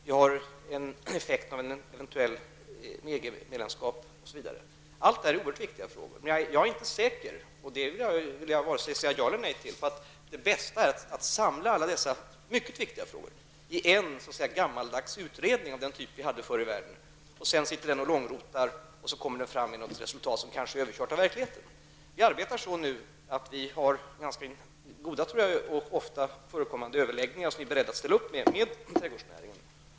Vi har effekterna av ett eventuellt EG Alla dessa frågor är oerhört viktiga. Men jag är inte säker på, och detta vill jag varken säga ja eller nej till, att det bästa är att samla dessa mycket viktiga frågor i en gammaldags utredning av den typ som vi hade förr i världen och som sedan sitter och långrotar och så småningom kommer fram till något resultat som kanske är överkört av verkligheten. Vi arbetar nu för tiden på ett sådant sätt att vi har ganska goda och ofta förekommande överläggningar som vi är beredda att ställa upp på med trädgårdsnäringen.